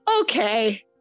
okay